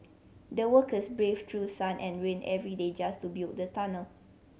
the workers braved through sun and rain every day just to build the tunnel